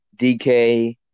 DK